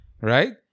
right